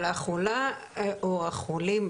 אבל החולה או החולים,